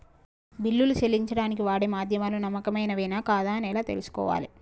బిల్లులు చెల్లించడానికి వాడే మాధ్యమాలు నమ్మకమైనవేనా కాదా అని ఎలా తెలుసుకోవాలే?